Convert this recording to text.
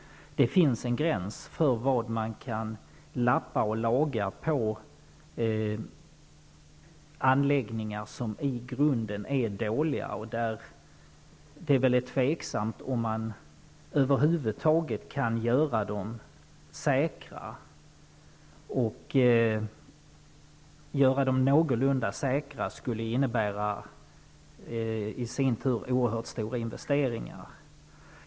Det finns en gräns för hur länge det går att lappa och laga på anläggningar som i grunden är dåliga och där det är tvivelaktigt om man över huvud taget kan göra dem säkra. Att göra dem någorlunda säkra skulle i sin tur kräva oerhört stora investeringar.